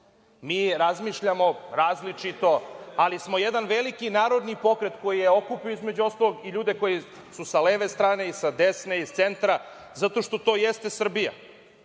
Mi razmišljamo različito, ali smo jedan veliki narodni pokret koji je okupio, između ostalog, i ljude koji su sa leve strane i sa desne i iz centra, zato što to jeste Srbija.A